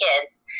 kids